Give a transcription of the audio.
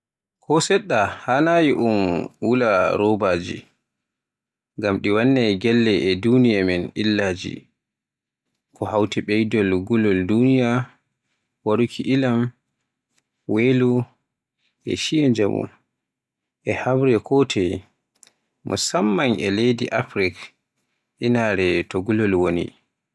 Ko seɗɗa haanaayi un wula robaji, ngam ɗi wannai gelle e duniyaa men illaji, ko hawti e ɓeydol gulol duniya, waruki ilam, weelo, e shiya jaamu e habre ko toye musamman e leydi Afrik, inaare to gulol woni.